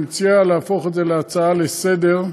ואני מציע להפוך את זה להצעה לסדר-היום.